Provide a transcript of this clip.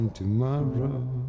tomorrow